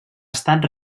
estat